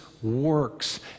works